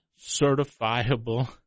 certifiable